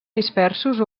dispersos